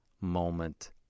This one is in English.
moment